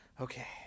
okay